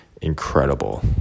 incredible